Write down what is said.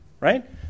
right